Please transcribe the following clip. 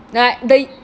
ah they